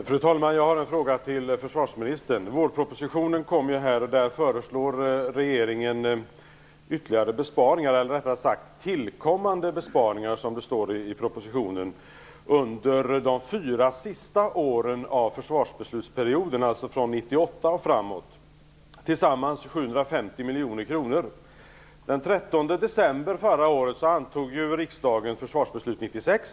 Fru talman! Jag har en fråga till försvarsministern. Vårpropositionen har ju kommit. Där föreslår regeringen ytterligare besparingar eller rättare sagt tillkommande besparingar, som det står i propositionen, under de fyra sista åren av försvarsbeslutsperioden, alltså från 1998 och framåt. Tillsammans rör det sig om 750 miljoner kronor. Den 13 december förra året antog riksdagen försvarsbeslut 96.